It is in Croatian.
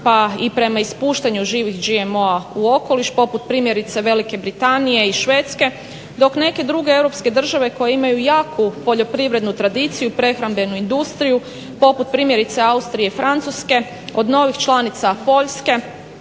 pa i prema ispuštanju živih GMO-a u okoliš, poput primjerice Velike Britanije i Švedske. Dok neke druge Europske države koje imaju jaku poljoprivrednu tradiciju i prehrambenu industriju, poput primjerice Austrije i Francuske od novih članica Poljske,